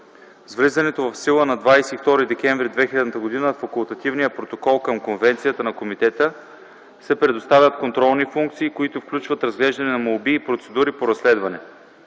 С влизането в сила на 22 декември 2000 г. на Факултативния протокол към Конвенцията на Комитета се предоставят контролни функции, които включват разглеждане на молби и процедура по разследване.